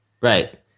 right